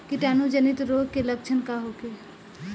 कीटाणु जनित रोग के लक्षण का होखे?